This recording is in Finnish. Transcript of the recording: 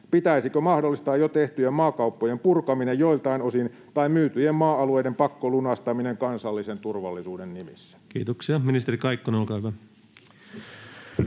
Pitäisikö mahdollistaa jo tehtyjen maakauppojen purkaminen joiltain osin tai myytyjen maa-alueiden pakkolunastaminen kansallisen turvallisuuden nimissä? Kiitoksia. — Ministeri Kaikkonen, olkaa hyvä.